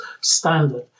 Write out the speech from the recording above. standard